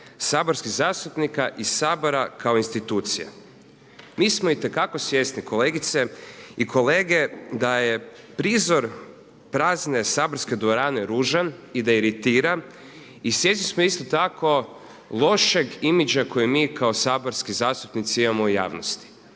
saborskih zastupnika i Sabora kao institucije. Mi smo itekako svjesni kolegice i kolege da je prizor prazne saborske dvorane ružan i da iritira i svjesni smo isto tako lošeg imidža kojeg mi kao saborski zastupnici imamo u javnosti.